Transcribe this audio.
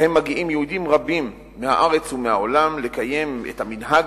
שבהם מגיעים יהודים רבים מהארץ ומהעולם לקיים את המנהג